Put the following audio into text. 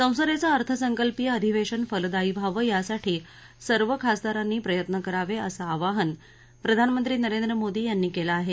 संसदेचं अर्थसंकल्पीय अधिवेशन फलदायी व्हावं यासाठी सर्व खासदारांनी प्रयत्न करावे असं आवाहन प्रधानमंत्री नरेंद्र मोदी यांनी केलं आहे